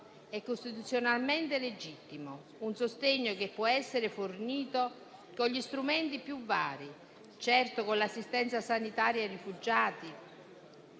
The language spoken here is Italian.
è costituzionalmente legittimo, un sostegno che può essere fornito con gli strumenti più vari. Certo con l'assistenza sanitaria ai rifugiati,